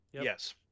Yes